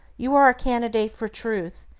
you are a candidate for truth,